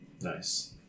Nice